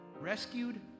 Rescued